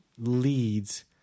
leads